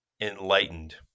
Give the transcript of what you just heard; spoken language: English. enlightened